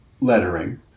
lettering